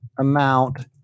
amount